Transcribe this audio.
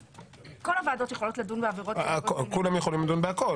קודם כול כל הוועדות יכולות לדון בעבירות --- כולם יכולים לדון בכול,